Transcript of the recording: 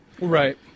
Right